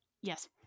yes